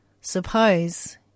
Suppose